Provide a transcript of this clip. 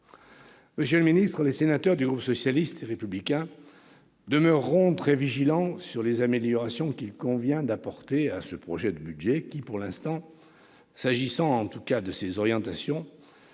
Monsieur le ministre, les sénateurs du groupe socialiste et républicain demeureront très vigilants sur les améliorations qu'il convient d'apporter à ce projet de budget qui, pour le moment, s'agissant de ses orientations,